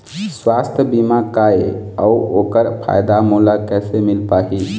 सुवास्थ बीमा का ए अउ ओकर फायदा मोला कैसे मिल पाही?